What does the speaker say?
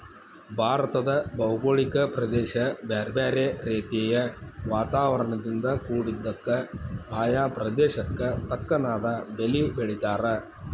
ಭಾರತದ ಭೌಗೋಳಿಕ ಪ್ರದೇಶ ಬ್ಯಾರ್ಬ್ಯಾರೇ ರೇತಿಯ ವಾತಾವರಣದಿಂದ ಕುಡಿದ್ದಕ, ಆಯಾ ಪ್ರದೇಶಕ್ಕ ತಕ್ಕನಾದ ಬೇಲಿ ಬೆಳೇತಾರ